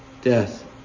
death